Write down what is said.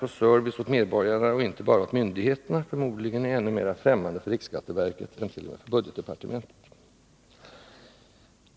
på service åt medborgarna och inte bara åt myndigheterna förmodligen är ännu mera främmande för riksskatteverket än t.o.m. för budgetdepartementet.